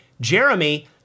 Jeremy